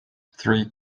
three